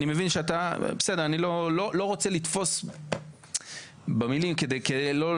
אני לא רוצה לתפוס במילים כדי שלא